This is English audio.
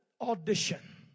audition